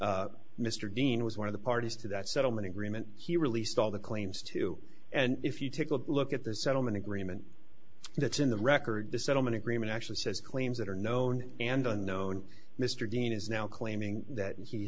mr dean was one of the parties to that settlement agreement he released all the claims too and if you take a look at the settlement agreement that's in the record the settlement agreement actually says claims that are known and unknown mr dean is now claiming that he